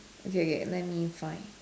okay okay let me find